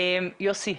יוסי.